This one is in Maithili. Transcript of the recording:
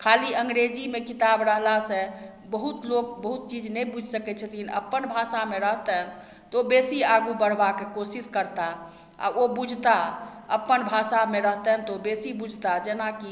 खाली अंग्रेजीमे किताब रहलासँ बहुत लोक बहुत चीज नहि बुझि सकय छथिन अपन भाषामे रहतनि तऽ ओ बेसी आगू बढ़बाके कोशिश करताह आओर ओ बुझताह अपन भाषामे रहतनि तऽ ओ बेसी बुझताह जेना कि